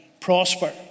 prosper